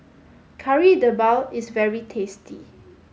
Kari Debal is very tasty